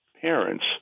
parents